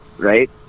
right